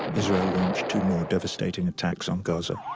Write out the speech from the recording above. israel launched two more devastating attacks on gaza.